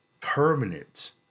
permanent